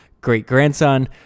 great-grandson